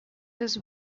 this